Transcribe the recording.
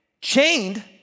chained